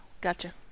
Gotcha